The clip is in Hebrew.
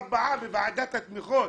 ארבעה בוועדת התמיכות,